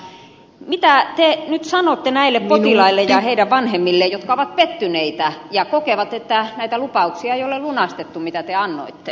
mutta mitä te nyt sanotte näille potilaille ja heidän vanhemmilleen jotka ovat pettyneitä ja kokevat että näitä lupauksia ei ole lunastettu joita te annoitte